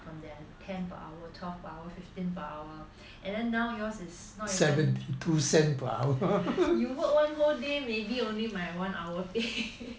ten per hour twelve power fifteen per hour and then now yours is not even you work one whole day maybe not even my one hour pay